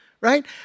right